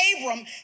Abram